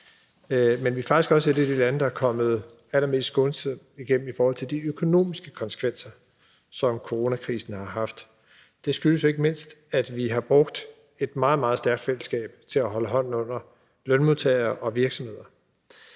Men vi er faktisk også et af de lande, der er kommet allermest skånsomt igennem i forhold til de økonomiske konsekvenser, som coronakrisen har haft. Det skyldes ikke mindst, at vi har brugt et meget, meget stærkt fællesskab til at holde hånden under lønmodtagere og virksomheder.